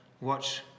watch